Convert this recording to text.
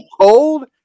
cold